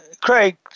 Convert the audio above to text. Craig